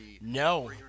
No